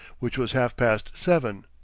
which was half-past seven.